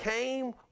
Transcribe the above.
came